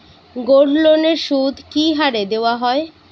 গোল্ডলোনের সুদ কি হারে দেওয়া হয়?